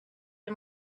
and